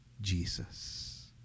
Jesus